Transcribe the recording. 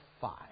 five